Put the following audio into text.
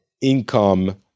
income